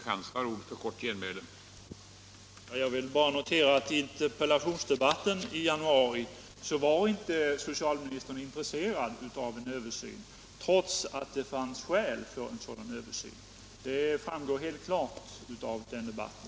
Herr talman! Jag vill bara notera att vid interpellationsdebatten i januari var socialministern inte intresserad av en översyn trots att det fanns skäl för en sådan. Det framgår helt klart av den debatten.